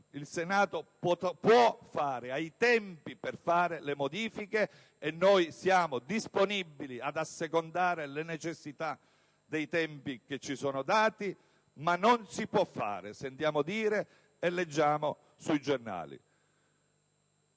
Il Senato ha i tempi per apportare le modifiche e noi siamo disponibili ad assecondare le necessità dei tempi che ci sono dati, ma sentiamo dire e leggiamo sui giornali